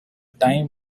time